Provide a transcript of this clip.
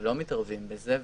לא מתערבים בזה,